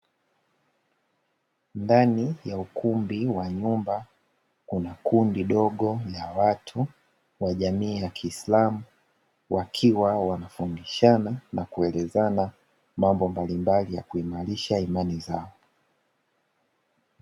Ndani ya ukumbi wa nyumba, kuna kundi dogo la watu wa jamii ya Kiislamu, wakiwa wanafundishana na kuelezana mambo mbalimbali ya kuimarisha imani zao.